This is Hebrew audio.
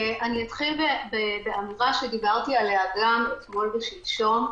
אתחיל באמירה שדיברתי עליה גם אתמול ושלשום.